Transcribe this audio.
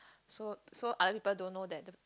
so so other people don't know that the